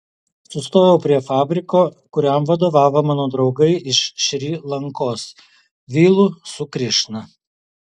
sustojau prie fabriko kuriam vadovavo mano draugai iš šri lankos vilu su krišna